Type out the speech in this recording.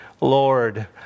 Lord